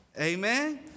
amen